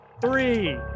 three